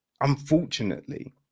unfortunately